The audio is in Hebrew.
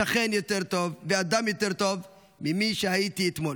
שכן יותר טוב ואדם יותר טוב ממי שהייתי אתמול".